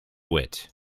wit